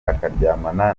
akaryamana